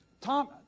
Tom